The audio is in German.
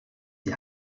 die